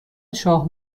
شاه